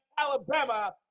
Alabama